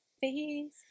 face